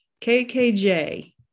KKJ